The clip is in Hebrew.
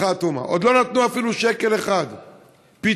עוד לא נתנו אפילו שקל אחד פיצוי,